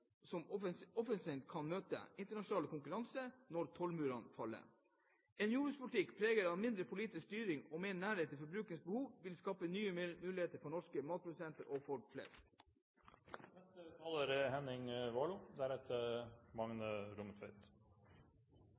næring som offensivt kan møte internasjonal konkurranse når tollmurene faller. En jordbrukspolitikk preget av mindre politisk styring og mer nærhet til forbrukerens behov vil skape nye muligheter for norske matprodusenter og folk flest.